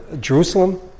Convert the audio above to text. Jerusalem